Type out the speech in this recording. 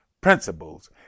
Principles